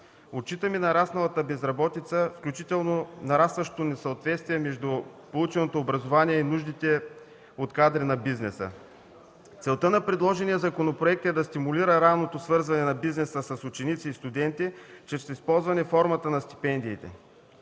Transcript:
Отчитаме нарасналата безработица, включително нарастващо несъответствие между полученото образование и нуждите на бизнеса от кадри. Целта на предложения законопроект е да стимулира ранното свързване на бизнеса с ученици и студенти чрез използване формата на стипендиите.